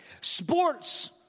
Sports